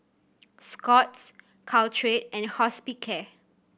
Scott's Caltrate and Hospicare